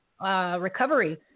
Recovery